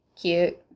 cute